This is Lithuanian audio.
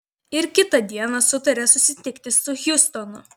ir kitą dieną sutarė susitikti su hjustonu